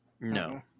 No